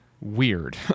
weird